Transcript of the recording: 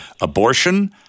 abortion